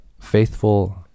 faithful